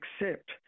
accept